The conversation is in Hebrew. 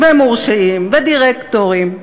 ומורשעים ודירקטורים,